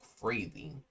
crazy